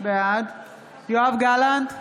בעד יואב גלנט,